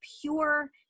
pure